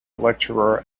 lecturer